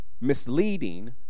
Misleading